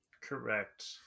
Correct